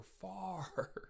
far